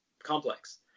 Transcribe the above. complex